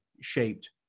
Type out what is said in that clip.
shaped